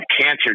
cancer